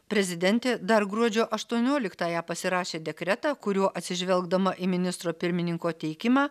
prezidentė dar gruodžio aštuonioliktąją pasirašė dekretą kuriuo atsižvelgdama į ministro pirmininko teikimą